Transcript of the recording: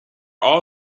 all